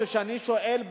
כשאני שואל,